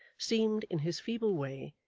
seemed, in his feeble way,